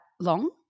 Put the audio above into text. long